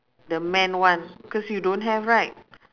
the men one cause you don't have right